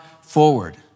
forward